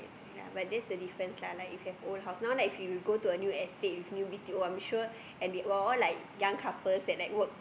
ya like just the difference lah like you have old house now like if you go to a new estate with new B_T_O I'm sure and they all like young couples and work